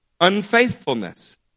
unfaithfulness